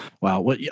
Wow